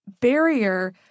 barrier